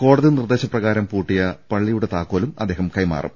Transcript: കോടതി നിർദ്ദേശപ്രകാരം പൂട്ടിയ പള്ളിയുടെ താക്കോലും അദ്ദേഹം കൈമാറും